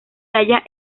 halla